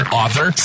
author